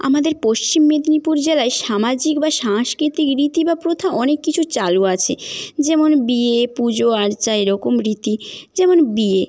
আমাদের পশ্চিম মেদিনীপুর জেলায় সামাজিক বা সাংস্কৃতিক রীতি বা প্রথা অনেক কিছু চালু আছে যেমন বিয়ে পুজোআর্চা এরকম রীতি যেমন বিয়ে